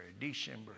December